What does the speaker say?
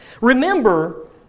Remember